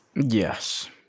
Yes